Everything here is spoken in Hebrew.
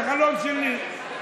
זה חלום שלי.